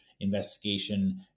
investigation